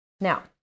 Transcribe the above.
now